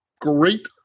great